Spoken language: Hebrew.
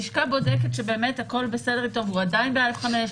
הלשכה בודקת שבאמת הכול בסדר איתו והוא עדיין ב-א5,